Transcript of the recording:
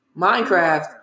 Minecraft